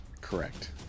Correct